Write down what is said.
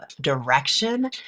direction